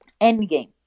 endgame